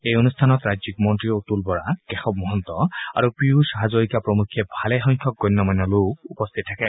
এই অনুষ্ঠানত ৰাজ্যিক মন্ত্ৰী অতুল বৰা কেশৱ মহন্ত আৰু পীয়ুষ হাজৰিকা প্ৰমুখ্যে ভালেসংখ্যক গণ্যমান্য লোক উপস্থিত থাকে